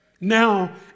Now